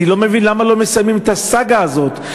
אני לא מבין למה לא מסיימים את הסאגה הזאת,